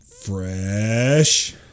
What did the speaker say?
fresh